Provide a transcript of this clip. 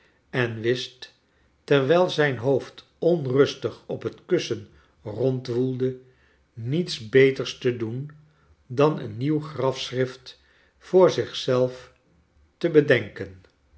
en wist terwijl zijn hoofd onrustig op het kussen rondwoelde niets beters te doen dan een nieuw grafschrift voor zich zelf te bedenken